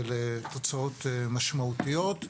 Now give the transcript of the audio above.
אלה תוצאות משמעותיות.